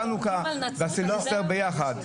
חנוכה וסילבסטר ביחד.